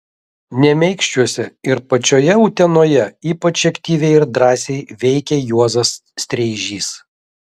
nemeikščiuose ir pačioje utenoje ypač aktyviai ir drąsiai veikė juozas streižys